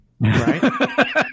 Right